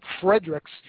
Fredericks